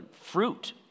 fruit